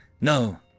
No